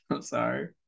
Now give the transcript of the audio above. sorry